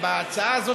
ובהצעה הזאת